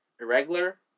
Irregular